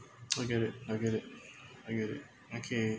I get it I get it I get it okay